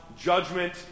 judgment